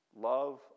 Love